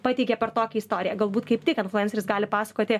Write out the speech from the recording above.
pateikė per tokį istoriją galbūt kaip tik influenceris gali pasakoti